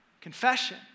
confession